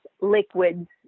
liquids